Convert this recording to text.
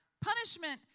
Punishment